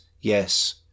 yes